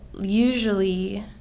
usually